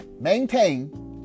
maintain